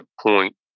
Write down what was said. point